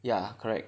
ya correct